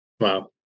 Wow